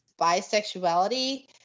bisexuality